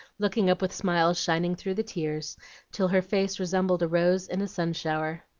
looking up with smiles shining through the tears till her face resembled a rose in a sun-shower.